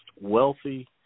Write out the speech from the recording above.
wealthy